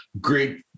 great